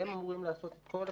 והם אמורים לעשות את כל התקצוב.